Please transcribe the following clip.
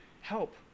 help